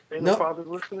No